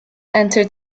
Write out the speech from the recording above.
entered